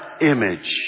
image